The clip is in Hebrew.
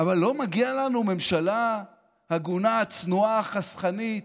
אבל לא מגיע לנו ממשלה הגונה, צנועה, חסכנית?